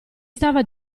stava